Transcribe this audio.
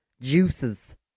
juices